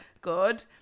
Good